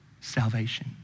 salvation